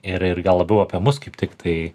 ir ir gal labiau apie mus kaip tiktai